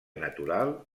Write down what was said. natural